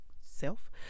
self